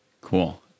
Cool